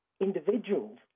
individuals